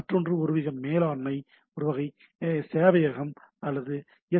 மற்றொன்று ஒருவித மேலாண்மை வகை சேவையகம் அல்லது எஸ்